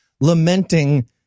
lamenting